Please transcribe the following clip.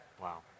Wow